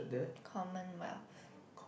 Commonwealth